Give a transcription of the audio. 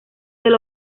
del